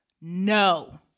No